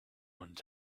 ones